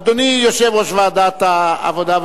אדוני יושב-ראש ועדת העבודה,